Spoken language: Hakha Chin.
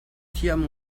thiam